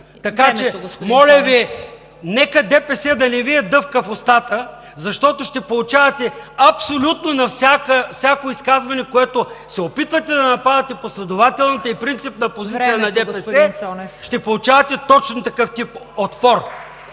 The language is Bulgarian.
Така че, моля Ви, нека ДПС да не Ви е дъвка в устата, защото ще получавате абсолютно на всяко изказване, в което се опитвате да нападате последователната и принципна позиция на ДПС, ще получавате точно такъв тип отпор.